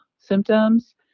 symptoms